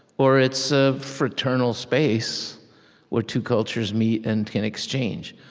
or it's a fraternal space where two cultures meet and can exchange.